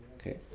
Okay